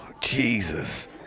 Jesus